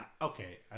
Okay